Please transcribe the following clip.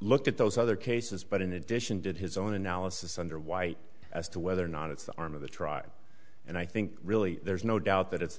looked at those other cases but in addition did his own analysis under white as to whether or not it's the arm of the tribe and i think really there's no doubt that it's the